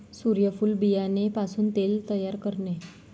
सूर्यफूल बियाणे पासून तेल तयार करणे